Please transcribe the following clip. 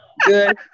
Good